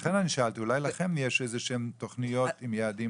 לכן שאלתי אולי לכם יש איזה תכניות עם יעדים